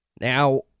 Now